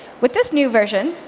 with this new version,